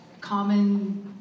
common